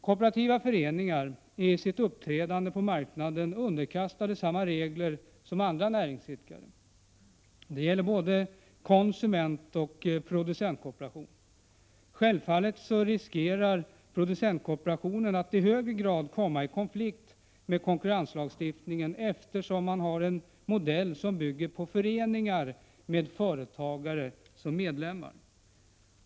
Kooperativa föreningar är i sitt uppträdande på marknaden underkastade samma regler som andra näringsidkare. Det gäller både konsumentoch producentkooperationen. Självfallet riskerar producentkooperationen att i högre grad komma i konflikt med konkurrenslagstiftningen, eftersom man har en modell som bygger på föreningar med företagare som medlemmar.